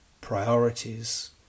priorities